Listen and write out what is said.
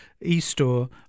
e-store